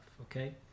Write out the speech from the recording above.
Okay